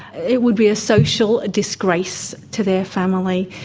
it would be a social disgrace to their family,